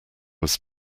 was